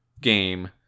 game